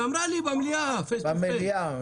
היא אמרה לי במליאה, פנים אל פנים.